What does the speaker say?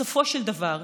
בסופו של דבר,